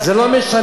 זה לא משנה.